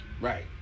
Right